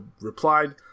replied